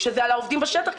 שזה על העובדים השטח,